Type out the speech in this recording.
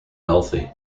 healthy